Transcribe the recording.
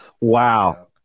Wow